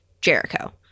Jericho